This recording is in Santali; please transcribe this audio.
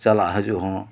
ᱪᱟᱞᱟᱜ ᱦᱟᱹᱡᱩᱜ ᱦᱚᱸ